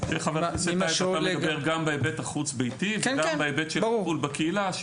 משוב גם בהיבט החוץ-ביתי וגם בהיבט של טיפול בקהילה,